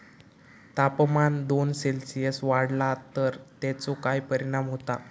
तापमान दोन सेल्सिअस वाढला तर तेचो काय परिणाम होता?